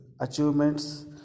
achievements